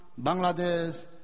Bangladesh